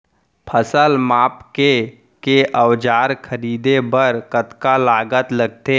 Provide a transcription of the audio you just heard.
फसल मापके के औज़ार खरीदे बर कतका लागत लगथे?